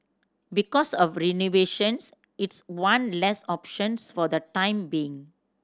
because of renovation it's one less option for the time being